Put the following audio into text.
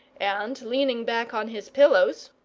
and leaning back on his pillows,